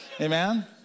Amen